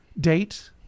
date